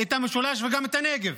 את המשולש וגם את הנגב.